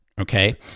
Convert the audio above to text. okay